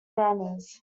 grammars